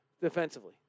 defensively